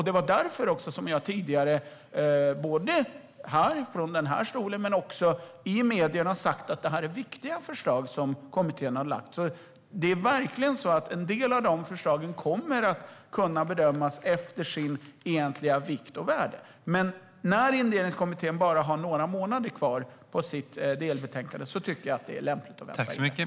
Det är därför som jag tidigare både i den här talarstolen och i medierna har sagt att det är viktiga förslag som kommittén har lagt fram. En del av dessa förslag kommer att kunna bedömas efter deras egentliga vikt och värde. Men när Indelningskommittén bara har några månader kvar tills den ska lämna sitt delbetänkande tycker jag att det är lämpligt att vänta in det.